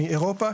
מאירופה,